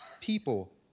people